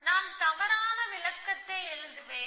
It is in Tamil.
நான் தவறான விளக்கத்தை எழுதுவேன்